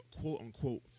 quote-unquote